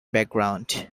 background